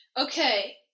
okay